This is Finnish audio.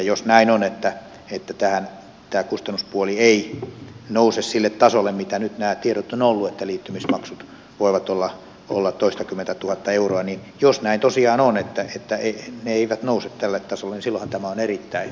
jos näin on että tämä kustannuspuoli ei nouse sille tasolle mitä nämä tiedot nyt ovat olleet liittymismaksut voivat olla toistakymmentätuhatta euroa niin silloinhan tämä on että sitä ei itse eivät nouse erittäin hyvin hoidettu uudistus